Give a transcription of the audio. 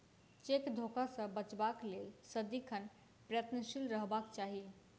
cheque धोखा सॅ बचबाक लेल सदिखन प्रयत्नशील रहबाक चाही